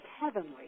heavenly